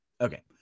Okay